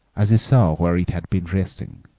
as he saw where it had been resting,